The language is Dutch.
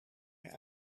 meer